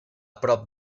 prop